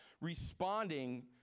responding